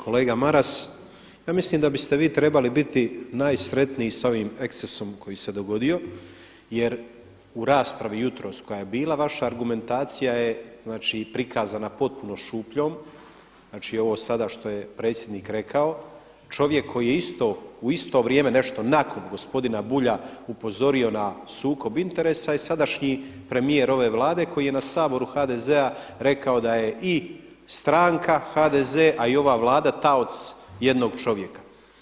Kolega Maras, ja mislim da biste vi trebali biti najsretniji sa ovim ekscesom koji se dogodio jer u raspravi jutros koja je bila vaša argumentacija je znači prikazana potpuno šupljom, znači ovo sada što je predsjednik rekao čovjek koji je u isto vrijeme nešto nakon gospodina Bulja upozorio na sukob interesa je sadašnji premijer ove Vlade koji je na Saboru HDZ-a rekao da je i stranka HDZ a i ova Vlada taoc jednog čovjeka.